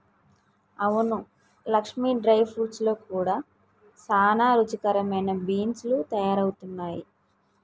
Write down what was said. అవును Lakshmi dry fruits లో కూడా సానా రుచికరమైన బీన్స్ లు తయారవుతున్నాయి